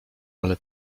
ale